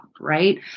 right